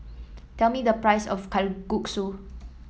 tell me the price of Kalguksu